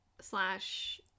slash